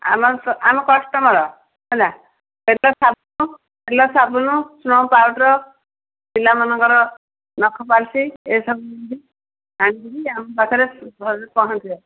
ଆମ ଆମ କଷ୍ଟମର ହେଲା ତେଲ ସାବୁନ ତେଲ ସାବୁନ ସ୍ନୋ ପାଉଡର୍ ପିଲାମାନଙ୍କର ନଖପଲିଶ ଏସବୁଆଣିକି ଆମ ପାଖରେ ଘରେ ପହଞ୍ଚିବା